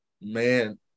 man